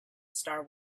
star